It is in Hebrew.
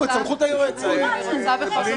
יש עוד חמש שנים שהיועץ יכול להאריך.